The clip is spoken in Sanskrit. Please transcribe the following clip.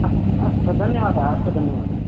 अस्तु अस्तु धन्यवादः अस्तु धन्यवादः